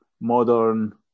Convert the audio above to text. modern